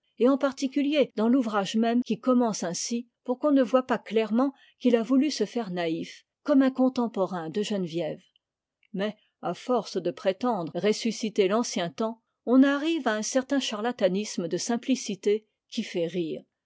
et en particulier dans l'ouvrage même qui commence ainsi pour qu'on ne voie pas clairement qu'il a voulu se faire naïf comme un contemporain de geneviève mais à force de prétendre ressusciter l'ancien temps on arrive à un certain charlatanisme de simplicité qui fait rire